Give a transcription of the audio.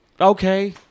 Okay